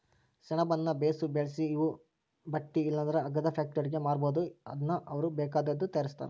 ಸೆಣಬುನ್ನ ಬೇಸು ಬೆಳ್ಸಿ ನಾವು ಬಟ್ಟೆ ಇಲ್ಲಂದ್ರ ಹಗ್ಗದ ಫ್ಯಾಕ್ಟರಿಯೋರ್ಗೆ ಮಾರ್ಬೋದು ಅದುನ್ನ ಅವ್ರು ಬೇಕಾದ್ದು ತಯಾರಿಸ್ತಾರ